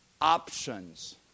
options